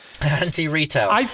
Anti-retail